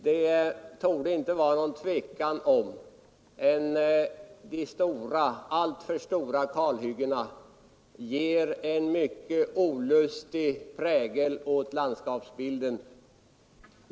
Det torde inte råda något tvivel om att inte de stora — alltför stora — kalhyggena ger en mycket olustig prägel åt landskapsbilden.